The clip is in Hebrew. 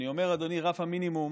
אני אומר, אדוני, "רף המינימום",